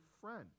friend